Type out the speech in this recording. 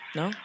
no